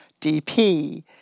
DP